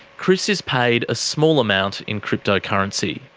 chris is paid a small amount in cryptocurrency.